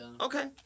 Okay